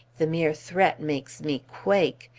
the mere threat makes me quake!